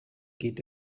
geht